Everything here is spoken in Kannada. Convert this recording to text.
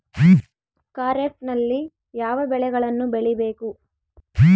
ಖಾರೇಫ್ ನಲ್ಲಿ ಯಾವ ಬೆಳೆಗಳನ್ನು ಬೆಳಿಬೇಕು?